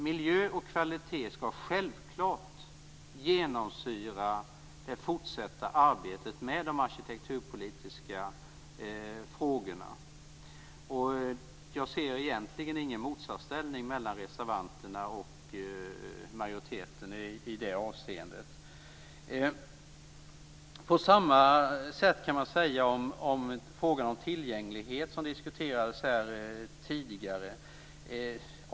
Miljö och kvalitet skall självklart genomsyra det fortsatta arbetet med de arkitekturpolitiska frågorna. Jag ser egentligen ingen motsatsställning mellan reservanterna och majoriteten i det avseendet. På samma sätt kan man uttrycka sig i frågan om tillgänglighet, som ju diskuterades tidigare här.